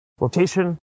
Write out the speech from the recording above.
Rotation